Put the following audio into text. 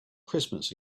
christmas